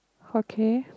okay